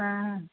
आं